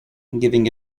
giving